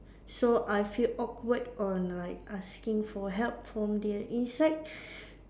so I feel awkward on like asking for help from the inside